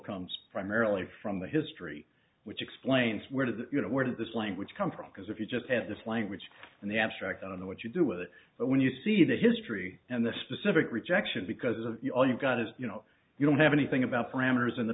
comes primarily from the history which explains where did you know where did this language come from because if you just had this language in the abstract i don't know what you do with it but when you see the history and the specific rejection because of all you've got as you know you don't have anything about parameters in the